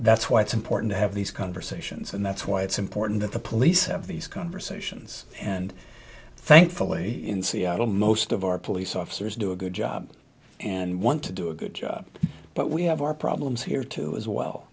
that's why it's important to have these conversations and that's why it's important that the police have these conversations and thankfully in seattle most of our police officers do a good job and want to do a good job but we have our problems here too as well